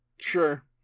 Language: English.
Sure